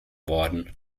worden